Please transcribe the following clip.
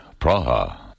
Praha